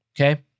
Okay